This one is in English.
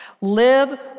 Live